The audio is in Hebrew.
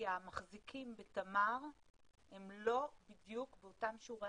המחזיקים בתמר הם לא בדיוק באותם שיעורי